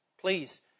please